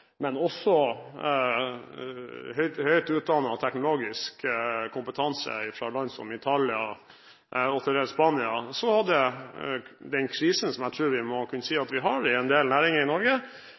men også høyt utdannet teknologisk kompetanse fra land som Italia og til dels Spania, så hadde den krisen, som jeg tror vi må kunne si at vi har i en del næringer i Norge,